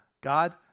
God